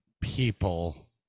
people